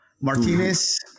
Martinez